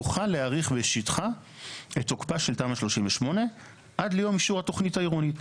תוכל להאריך בשטחה את תוקפה של תמ"א 38 עד ליום התכונית העירונית.